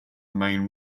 main